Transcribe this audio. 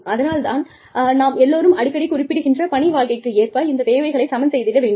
அதனால் நாம் எல்லோரும் அடிக்கடி குறிப்பிடுகின்ற பணி வாழ்க்கைக்கு ஏற்ப இந்த தேவைகளைச் சமன் செய்திட வேண்டும்